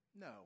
No